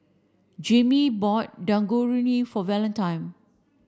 Jaimee bought Dangojiru for Valentine